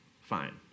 Fine